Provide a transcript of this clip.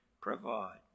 provide